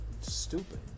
stupid